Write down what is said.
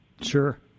Sure